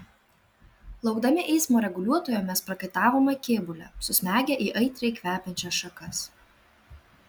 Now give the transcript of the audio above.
laukdami eismo reguliuotojo mes prakaitavome kėbule susmegę į aitriai kvepiančias šakas